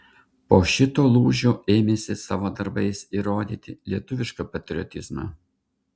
po šito lūžio ėmėsi savo darbais įrodyti lietuvišką patriotizmą